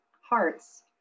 hearts